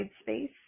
space